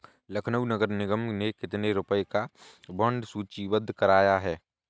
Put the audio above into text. लखनऊ नगर निगम ने कितने रुपए का बॉन्ड सूचीबद्ध कराया है?